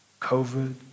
COVID